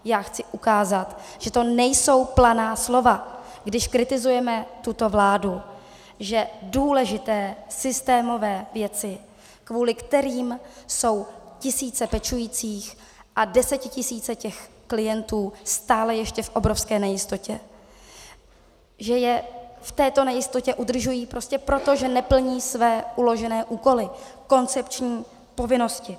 Já chci ukázat, že to nejsou planá slova, když kritizujeme tuto vládu, že důležité systémové věci, kvůli kterým jsou tisíce pečujících a desetitisíce klientů stále ještě v obrovské nejistotě, že je v této nejistotě udržují prostě proto, že neplní své uložené úkoly, koncepční povinnosti.